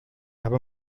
habe